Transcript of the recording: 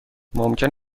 ممکن